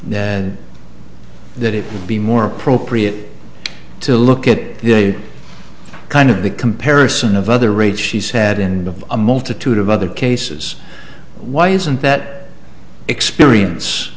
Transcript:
now that it would be more appropriate to look at they kind of the comparison of other rates she's had enough of a multitude of other cases why isn't that experience